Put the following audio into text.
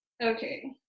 okay